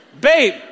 Babe